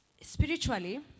Spiritually